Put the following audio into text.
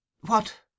What